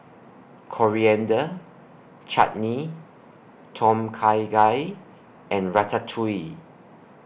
Coriander Chutney Tom Kha Gai and Ratatouille